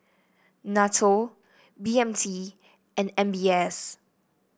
NATO B M T and M B S